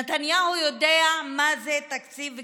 נתניהו יודע מה זה תקציב גזרות,